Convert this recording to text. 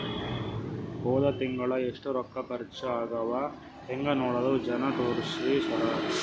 ಹೊದ ತಿಂಗಳ ಎಷ್ಟ ರೊಕ್ಕ ಖರ್ಚಾ ಆಗ್ಯಾವ ಹೆಂಗ ನೋಡದು ಜರಾ ತೋರ್ಸಿ ಸರಾ?